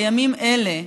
בימים אלה,